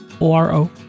O-R-O